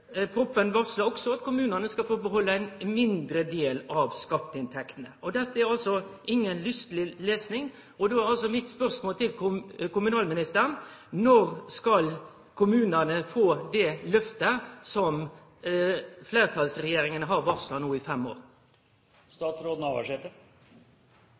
varslar også at kommunane skal få behalde ein mindre del av skatteinntektene. Dette er inga lysteleg lesing. Då er mitt spørsmål til kommunalministeren: Når skal kommunane få det lyftet som fleirtalsregjeringa no har varsla i fem